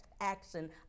action